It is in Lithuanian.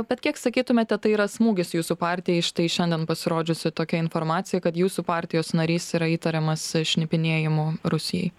bet kiek sakytumėte tai yra smūgis jūsų partijai štai šiandien pasirodžiusi tokia informacija kad jūsų partijos narys yra įtariamas šnipinėjimu rusijai